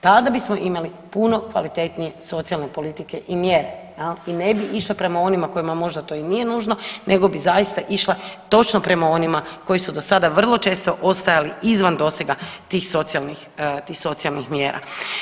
Tada bismo imali puno kvalitetnije socijalne politike i mjere jel i ne bi išle prema onima kojima možda to i nije nužno nego bi zaista išle točno prema onima koji su dosada vrlo često ostajali izvan dosega tih socijalnih, tih socijalnih mjera.